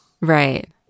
Right